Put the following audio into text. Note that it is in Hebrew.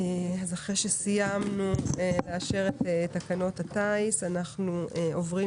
אחרי שסיימנו לאשר את תקנות הטיס, אנחנו עוברים